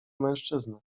mężczyznę